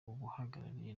ubuhahirane